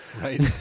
Right